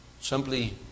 Simply